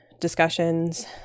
discussions